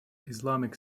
islamic